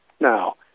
Now